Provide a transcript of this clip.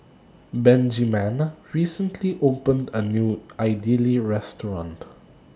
Benjiman recently opened A New Idili Restaurant